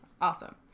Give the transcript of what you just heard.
Awesome